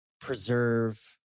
preserve